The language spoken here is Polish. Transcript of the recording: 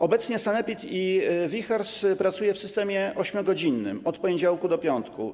Obecnie sanepid i WIJHARS pracują w systemie 8-godzinnym od poniedziałku do piątku.